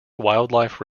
wildlife